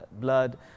blood